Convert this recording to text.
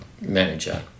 manager